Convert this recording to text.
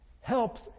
helps